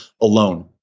alone